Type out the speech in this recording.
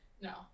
No